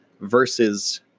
versus